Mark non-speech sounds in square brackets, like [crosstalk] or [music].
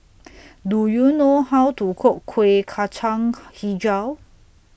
[noise] Do YOU know How to Cook Kuih Kacang Hijau